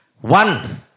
One